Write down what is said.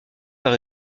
par